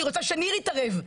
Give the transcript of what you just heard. אני רוצה שניר יתערב.